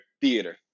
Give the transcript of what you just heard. theater